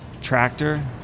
Tractor